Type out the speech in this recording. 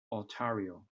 ontario